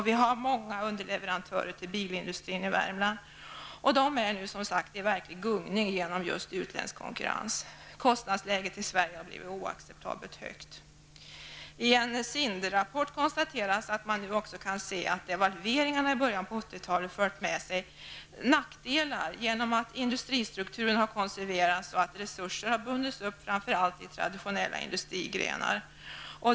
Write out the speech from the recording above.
Vi har många underleverantörer till bilindustrin i Värmland, och de är, som sagt, i verklig gungning genom just utländsk konkurrens. Kostnadsläget i Sverige har blivit oacceptabelt högt. I en SIND-rapport konstateras att man nu också kan se att devalveringarna i början på 80-talet fört med sig nackdelar genom att industristrukturen har konserverats och att resurser har bundits upp framför allt i traditionella industrigrenar.